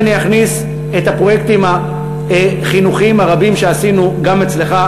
ואם אני אכניס את הפרויקטים החינוכיים הרבים שעשינו גם אצלך,